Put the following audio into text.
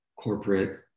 corporate